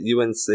UNC